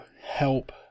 help